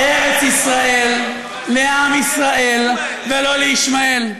ארץ-ישראל לעם ישראל ולא לישמעאל.